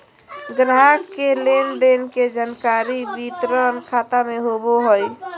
ग्राहक के लेन देन के जानकारी वितरण खाता में होबो हइ